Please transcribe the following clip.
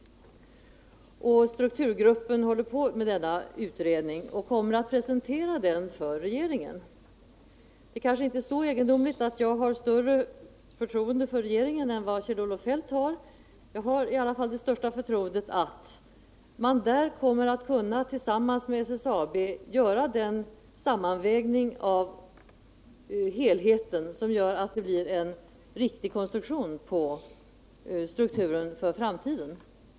Strukturgruppen håller således på med denna utredning och kommer att presentera den för regeringen. Det är visserligen inte så egendomligt att jag har större förtroende för regeringen än vad Kjell-Olof Feldt har, men jag är övertygad om att regeringen tillsammans med SSAB kommer att kunna göra den sammanvägning av helheten som behövs för att det skall bli en riktig konstruktion på strukturen för framtiden.